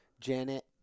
Janet